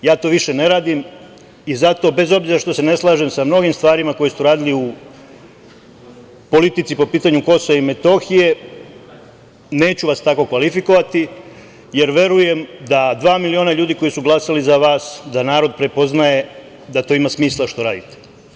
Ja to više ne radim i zato, bez obzira što se ne slažem sa mnogim stvarima koje ste uradili u politici po pitanju KiM, neću vas tako kvalifikovati, jer verujem da dva miliona ljudi koji su glasali za vas da narod prepoznaje da to ima smisla što radite.